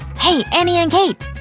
hey annie and kate!